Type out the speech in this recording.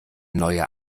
neue